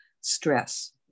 stress